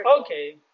okay